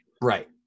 Right